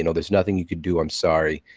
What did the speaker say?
you know there's nothing you could do. i'm sorry.